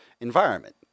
environment